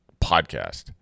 podcast